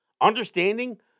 understanding